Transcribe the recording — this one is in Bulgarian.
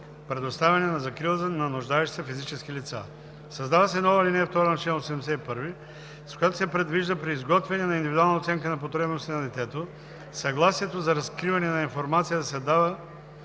предоставяне на закрила на нуждаещите се физически лица. Създава се нова ал. 2 на чл. 81, с която се предвижда при изготвяне на индивидуална оценка на потребностите на детето, съгласието за разкриване на информация да се дава